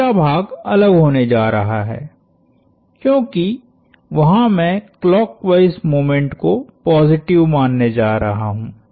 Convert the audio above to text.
तीसरा भाग अलग होने जा रहा है क्योंकि वहां मैं क्लॉकवाइस मोमेंट को पॉजिटिव मानने जा रहा हूं